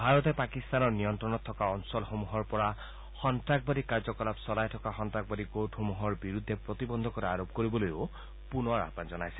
ভাৰতে পাকিস্তানৰ নিয়ন্ত্ৰণত থকা অঞ্চলসমূহৰ পৰা সন্ত্ৰাসবাদী কাৰ্যকলাপ চলাই থকা সন্ত্ৰাসবাদী গোটসমূহক প্ৰতিবন্ধকতা আৰোপ কৰিবলৈ পুনৰ আহ্বান জনাইছে